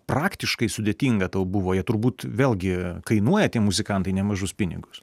praktiškai sudėtinga tau buvo jie turbūt vėlgi kainuoja tie muzikantai nemažus pinigus